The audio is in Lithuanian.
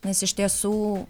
nes iš tiesų